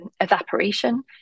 evaporation